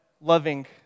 loving